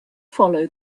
follow